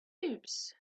cubes